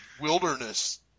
wilderness